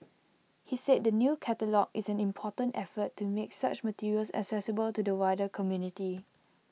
he said the new catalogue is an important effort to make such materials accessible to the wider community